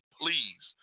please